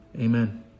Amen